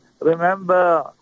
remember